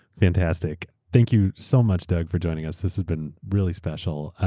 fantastic. thank you so much, doug, for joining us. this has been really special.